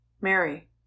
Mary